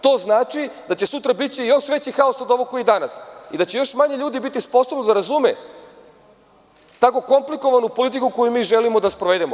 To znači da će sutra biti još veći haos od ovog koji je danas i da će još manje ljudi biti sposobno da razume tako komplikovanu politiku koju mi želimo da sprovedemo.